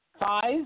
Five